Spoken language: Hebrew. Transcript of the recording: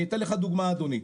אני אתן לך דוגמא אדוני,